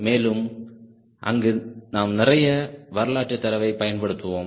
மேலும் அங்கு நாம் நிறைய வரலாற்றுத் தரவைப் பயன்படுத்துவோம்